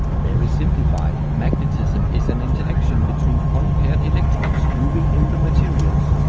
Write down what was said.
very simplified, magnetism is an interaction between unpaired electrons moving in the materials.